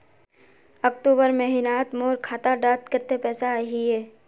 अक्टूबर महीनात मोर खाता डात कत्ते पैसा अहिये?